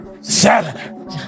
Seven